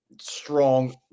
strong